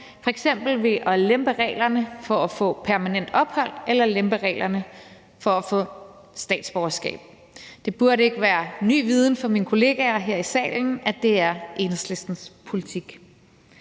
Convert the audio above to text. f.eks. ved at lempe reglerne for at få permanent ophold eller lempe reglerne for at få statsborgerskab. Det burde ikke være ny viden for mine kollegaer her i salen, at det er Enhedslistens politik.